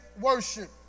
worship